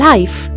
Life